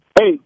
Hey